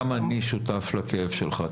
גם אני שותף לכאב שלך,